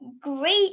Great